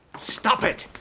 stop it.